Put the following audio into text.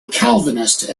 calvinist